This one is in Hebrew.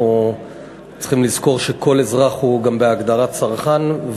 אנחנו צריכים לזכור שכל אזרח הוא גם בהגדרה צרכן.